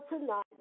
tonight